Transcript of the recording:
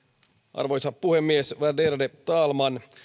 arvoisa puhemies värderade talman